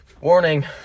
Warning